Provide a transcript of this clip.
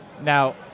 Now